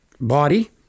body